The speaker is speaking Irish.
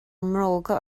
mbróga